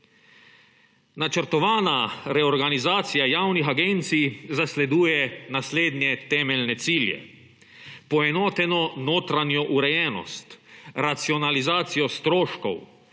Načrtovana reorganizacija javnih agencij zasleduje naslednje temeljne cilje: poenoteno notranjo urejenost, racionalizacijo stroškov,